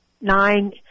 nine